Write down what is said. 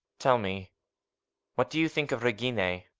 tell me what do you think of regina?